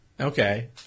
Okay